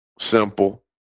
simple